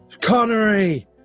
Connery